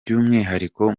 by’umwihariko